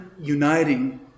uniting